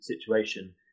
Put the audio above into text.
situation